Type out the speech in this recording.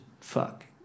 fuck